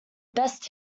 best